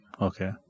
Okay